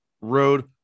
road